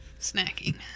snacking